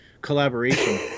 collaboration